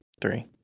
Three